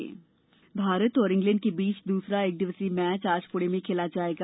कि केट भारत और इंग्लैंड के बीच दूसरा एकदिवसीय मैच आज पुणे में खेला जाएगा